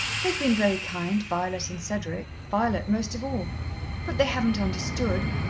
they've been very kind violet and cedric violet most of all but they haven't understood.